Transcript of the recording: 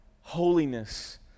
holiness